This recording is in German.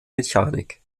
mechanik